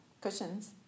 cushions